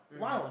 mm